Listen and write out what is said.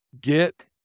Get